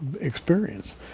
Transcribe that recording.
experience